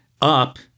Up